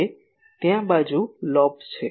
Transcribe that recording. હવે ત્યાં બાજુ લોબ્સ છે